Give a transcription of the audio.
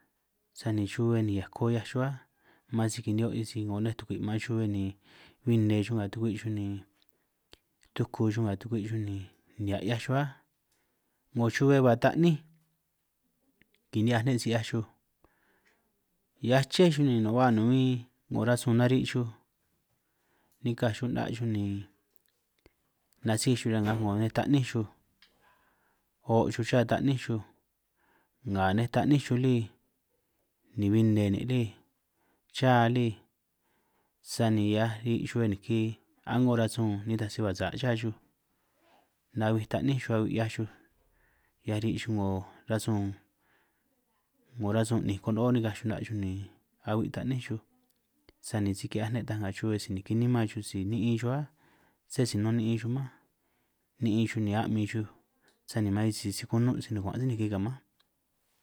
Sani xuhue ni ako 'hiaj xuj áj man si kini'hio' sisi 'ngo nej tukwi' maan xuhue ni huin nne xuj nga tukwi', ni tuku xuj nga tukwi' xuj nihia' 'hiaj xuj áj, 'ngo xuhue hua taní ni kini'hiaj ne' si 'hiaj xuj hiaj ché xuj ni ba nin' huin 'ngo rasun nari' xuj, ni nikaj xuj 'na' xuj ni nasíj xuj ñan nga 'ngo nej ta'ní xuj, o' xuj ya nej taní xuj nga nej ta'ní xuj lí, ni huin nne nin' lí xa lí, sani hiaj ri' xuhue niki a'ngo rasun nitaj si hua sa' ya xuj nahuij taní xuj ahui', 'hiaj xuj 'hiaj ri' xuj 'ngo rasun 'ngo rasun 'níj kono'ó nikaj xuj 'na' xuj, ni ahui' taní xuj sani si ki'hiaj ne' ta nga xuhue, ni si niki nimán xuj si ni'in xuj áj, sé si nun ni'in xuj mánj, ni'in xuj ni a'min xuj sani man sisi si kunun' si-nuguan' sí nikí ka' mánj.